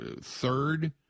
third